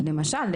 למשל.